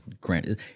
granted